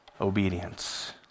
obedience